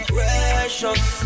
Precious